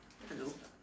hello